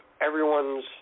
everyone's